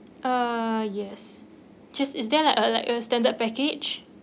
uh yes just is there like a like a standard package